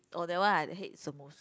oh that one I hate the most